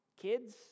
Kids